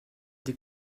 des